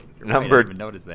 number